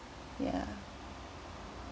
ya